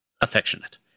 affectionate